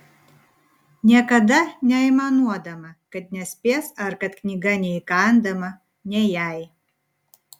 niekada neaimanuodama kad nespės ar kad knyga neįkandama ne jai